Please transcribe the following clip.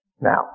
Now